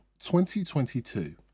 2022